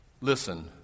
Listen